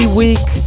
week